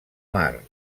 mar